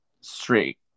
straight